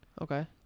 Okay